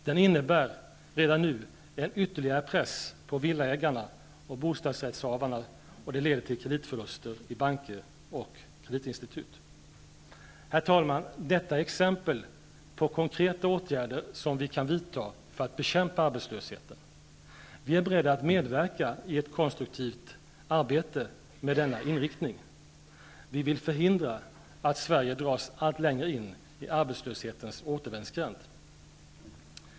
Den innebär redan nu en ytterligare press på villaägarna och bostadsrättshavarna, och det leder till kreditförluster i banker och kreditinstitut. Herr talman! Detta är exempel på konkreta åtgärder som vi kan vidta för att bekämpa arbetslösheten. Vi är beredda att medverka i ett konstruktivt arbete med denna riktning. Vi vill förhindra att Sverige dras allt längre in i arbetslöshetens återvändsgränd.